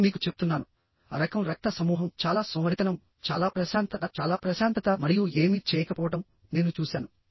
నేను మీకు చెప్తున్నాను A రకం రక్త సమూహం చాలా సోమరితనం చాలా ప్రశాంతత చాలా ప్రశాంతత మరియు ఏమీ చేయకపోవడం నేను చూశాను